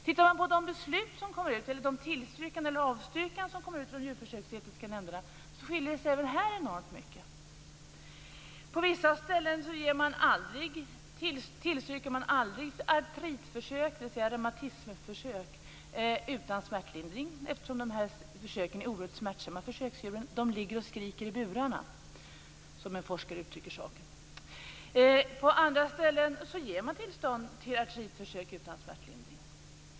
Tittar man på de tillstyrkanden eller avstyrkanden som kommer från de djurskyddsetiska nämnderna finner man att det även här skiljer sig enormt mycket. På vissa ställen tillstyrker man aldrig artritförsök, dvs. reumatismförsök, utan smärtlindring, eftersom de här försöken är oerhört smärtsamma för försöksdjuren. De ligger och skriker i burarna, som en forskare uttrycker saken. På andra ställen ger man tillstånd till artritförsök utan smärtlindring.